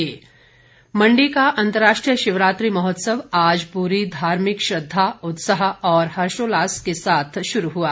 अंतर्राष्ट्रीय शिवरात्रि मण्डी का अंतर्राष्ट्रीय शिवरात्रि महोत्सव आज पूरी धार्मिक श्रद्धा उत्साह और हर्षोल्लास के साथ शुरू हुआ